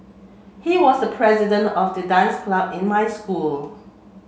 he was the president of the dance club in my school